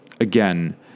Again